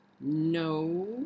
No